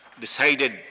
decided